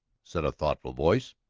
said a thoughtful voice.